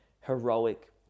heroic